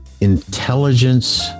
Intelligence